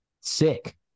sick